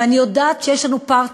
ואני יודעת שיש לנו פרטנר,